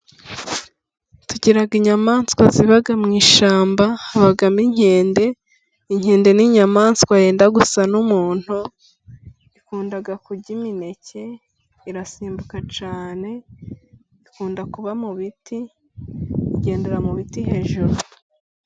Tugira inyamaswa ziba mu ishyamba. Habamo inkende. Inkende n'inyamaswa yenda gusa n'umuntu ikunda kurya imineke. Irasimbuka cyane, ikunda kuba mu biti igendera mu biti hejuru.